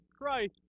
Christ